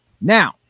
now